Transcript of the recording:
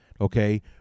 Okay